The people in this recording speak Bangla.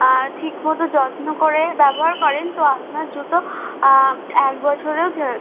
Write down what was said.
ঠিকমতো যত্ন করে ব্যবহার করেন তো আপনার জুতো এক বছরেও